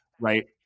right